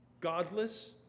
godless